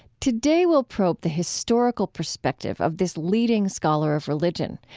today we'll probe the historical perspective of this leading scholar of religion.